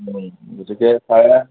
গতিকে চাৰে আঠ